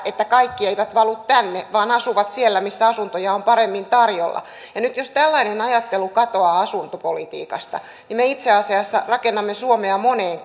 että kaikki eivät valu tänne vaan asuvat siellä missä asuntoja on paremmin tarjolla nyt jos tällainen ajattelu katoaa asuntopolitiikasta me itse asiassa rakennamme suomea moneen